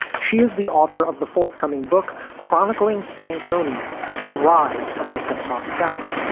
she is the author of the forthcoming book chronicling stankonia the rise of the hip-hop south,